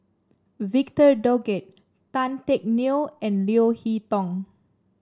Victor Doggett Tan Teck Neo and Leo Hee Tong